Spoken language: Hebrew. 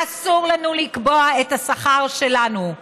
אסור לנו לקבוע את השכר שלנו,